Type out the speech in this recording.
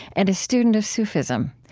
and a student of sufism.